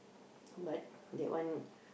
but that one